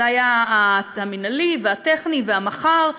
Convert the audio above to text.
זה היה המינהלי והטכני והמח"ר.